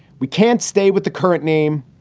we can't stay with the current name.